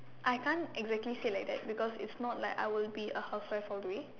I can't exactly say like that because it's not like I will be a housewife all the way